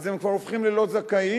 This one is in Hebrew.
אז הם כבר הופכים ללא זכאים,